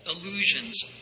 Illusions